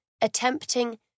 attempting